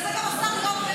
רק שר האוצר לא.